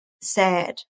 sad